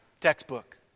Textbook